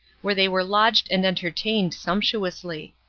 where they were lodged and entertained sumptuously.